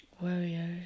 Warriors